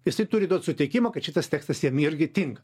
jisai turi duot sutikimą kad šitas tekstas jam irgi tinka